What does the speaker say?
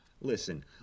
Listen